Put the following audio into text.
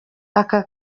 aka